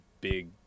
big